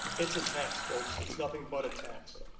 it's a tax, folks, it's nothing but a tax.